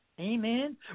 Amen